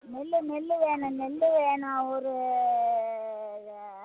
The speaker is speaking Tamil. நெல் நெல் வேணும் நெல் வேணும் ஒரு